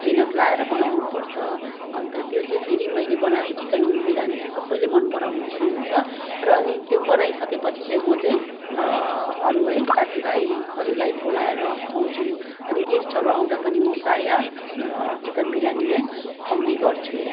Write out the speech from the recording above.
मेहनत लाएर बनाउनु पर्छ अन्त त्यो चाहिँ फेरी मैले बनाएको चिकन बिर्यानी सबैले मन पराउनु पनि हुन्छ र अनि त्यो बनाइ सकेपछि चाहिँ म चाहिँ अरू है साथी भाइहरूलाई बोलाएर खुवाउँछु अनि गेस्टहरू आउँदा पनि म प्रायः चिकन बिरयानी नै खुवाउने गर्छु